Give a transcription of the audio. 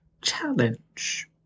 challenge